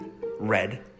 red